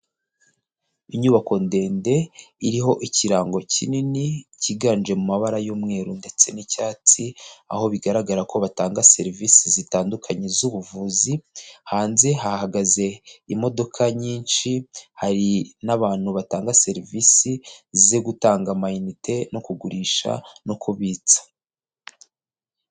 Inyubako ndende iriho ikirango kinini cyiganje mu mabara y'umweru ndetse n'icyatsi, aho bigaragara ko batanga serivisi zitandukanye z'ubuvuzi, hanze hahagaze imodoka nyinshi hari n'abantu batanga serivisi zo gutanga amayinite no kugurisha no kubitsa.